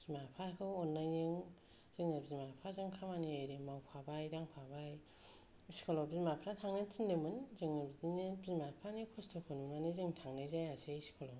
बिमा फिफाखौ अन्नायजों जों बिमा फिफाजों खामानि एरि मावफाबाय दांफाबाय स्कुल आव बिमाफ्रा थांनो थिनदोंमोन जोङो बिदिनो बिमा फिफानि खस्थ'खौ नुनानै थांनाय जायासै